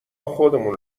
خودمون